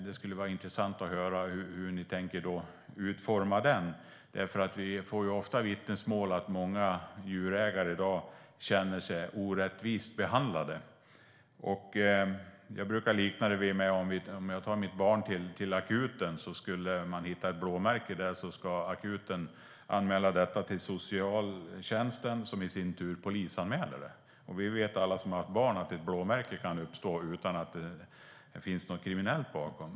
Det skulle vara intressant att höra hur ni tänker utforma den. Det kommer ofta vittnesmål om att många djurägare i dag känner sig orättvist behandlade. Jag brukar likna det vid att om jag tar mitt barn till akuten och man hittar ett blåmärke på barnet ska akuten anmäla det till socialtjänsten som i sin tur ska göra en polisanmälan. Vi vet alla som har barn att ett blåmärke kan uppstå utan att det finns något kriminellt bakom.